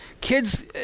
Kids